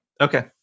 Okay